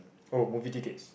oh movie tickets